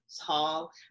tall